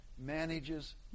Manages